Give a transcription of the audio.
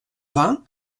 vingt